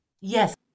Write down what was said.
Yes